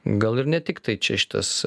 gal ir ne tiktai čia šitas